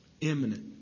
Imminent